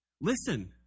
Listen